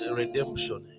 redemption